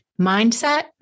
mindset